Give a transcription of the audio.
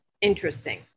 interesting